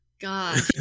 god